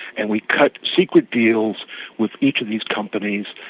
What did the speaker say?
and we cut secret deals with each of these companies,